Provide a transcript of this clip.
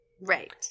Right